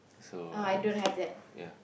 so at least it's a yeah